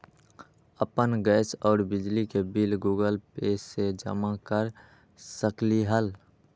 अपन गैस और बिजली के बिल गूगल पे से जमा कर सकलीहल?